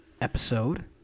episode